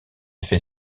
fait